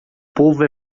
povo